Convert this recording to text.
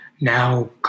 Now